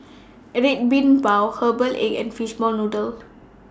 Red Bean Bao Herbal Egg and Fishball Noodle